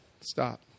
Stop